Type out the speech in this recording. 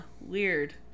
weird